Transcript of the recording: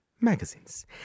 magazines